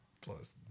plus